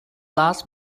last